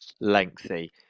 lengthy